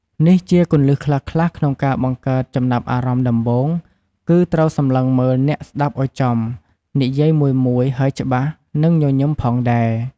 នេះជាគន្លឹះខ្លះៗក្នុងការបង្កើតចំណាប់អារម្មណ៍ដំបូង គឺត្រូវសម្លឹងមើលអ្នកស្ដាប់ឱ្យចំ និយាយមួយៗហើយច្បាស់ និងញញឹមផងដែរ។